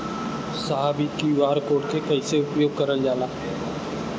साहब इ QR code के कइसे उपयोग करल जाला?